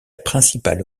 principale